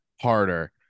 harder